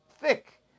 thick